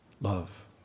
love